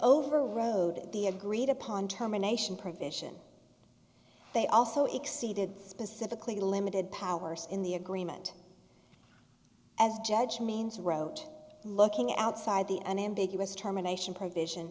overrode the agreed upon terminations provision they also exceeded specifically limited powers in the agreement as judge means wrote looking outside the unambiguous terminations provision